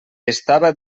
estava